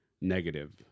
negative